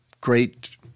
great